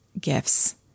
gifts